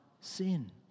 sin